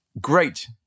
great